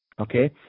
okay